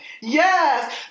Yes